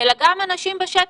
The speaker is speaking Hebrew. אלא גם אנשים מהשטח,